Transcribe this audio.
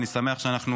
אני שמח שאנחנו